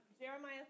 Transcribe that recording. Jeremiah